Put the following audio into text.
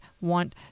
want